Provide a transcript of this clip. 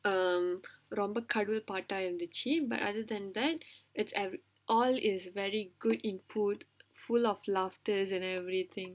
um ரொம்ப கடவுள் பாட்டா இருந்துச்சு:romba kadavul paattaa irundhuchu but other than that every all is very good input full of laughter and everything